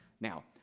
Now